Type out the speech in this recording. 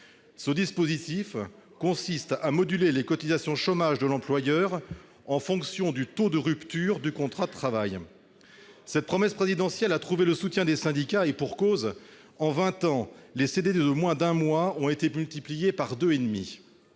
dispositif consistant à moduler les cotisations chômage de l'employeur en fonction du taux de ruptures de contrats de travail. Cette promesse présidentielle a trouvé le soutien des syndicats, et pour cause : en vingt ans, le nombre de CDD de moins d'un mois a été multiplié par 2,5